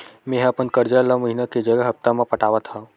मेंहा अपन कर्जा ला महीना के जगह हप्ता मा पटात हव